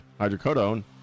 hydrocodone